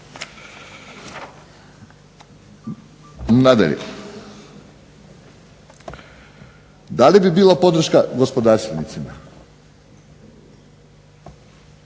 Nadalje, da li bi bila podrška gospodarstvenicima